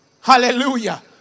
Hallelujah